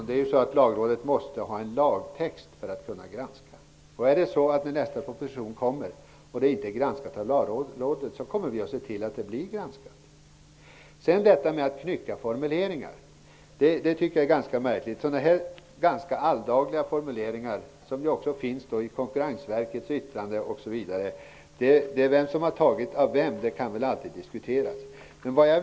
Herr talman! Lagrådet måste ha en lagtext för att kunna granska. Skulle det vara så att nästa proposition inte är granskad kommer vi att se till att den blir det. Jag tycker att talet om att knycka formuleringar är ganska märkligt när det gäller sådana här relativt alldagliga formuleringar, som ju också finns i Konkurrensverkets yttrande osv. Vem som har tagit vad av vem kan väl alltid diskuteras.